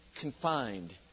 confined